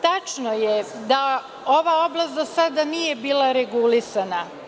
Tačno je da ova oblast do sada nije bila regulisana.